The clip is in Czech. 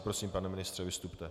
Prosím, pane ministře, vystupte.